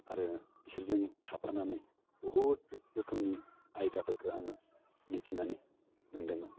आरो बिसोरजों थाफानानै बहुथ रोखोमनि आयदाफोरखौ आङो मिथिनानै मोनदोंमोन